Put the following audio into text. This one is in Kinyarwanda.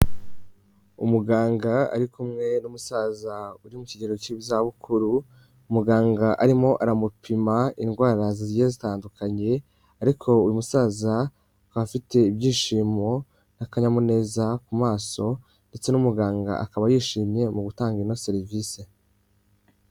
Umuganga ari kumwe n'umusaza uri mu kigero cy'izabukuru, muganga arimo aramupima indwara zigiye zitandukanye ariko uyu musaza akaba afite ibyishimo n'akanyamuneza ku maso ndetse n'umuganga akaba yishimiye mu gutanga ino serivise.